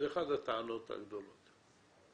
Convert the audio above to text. זו אחת הטענות העיקריות.